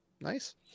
Nice